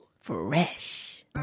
fresh